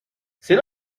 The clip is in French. c’est